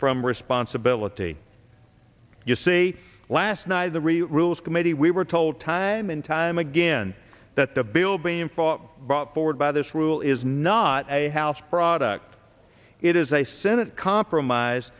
from responsibility you see last night in the re rules committee we were told time and time again that the bill being fought brought forward by this rule is not a house product it is a senate compromise